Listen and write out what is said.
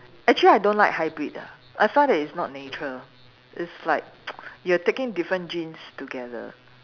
actually I don't like hybrid ah I find that it's not nature it's like you are taking different genes together